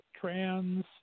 trans